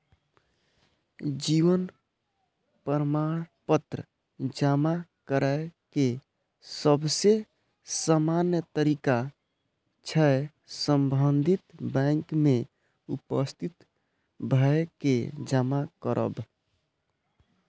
जीवन प्रमाण पत्र जमा करै के सबसे सामान्य तरीका छै संबंधित बैंक में उपस्थित भए के जमा करब